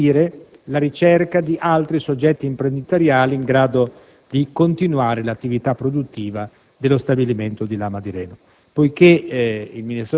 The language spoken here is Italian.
per consentire la ricerca di altri soggetti imprenditoriali in grado di continuare l'attività produttiva dello stabilimento di Lama di Reno.